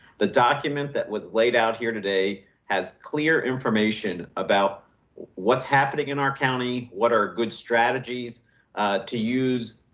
the document that was laid out here today has clear information about what's happening in our county. what are good strategies to use,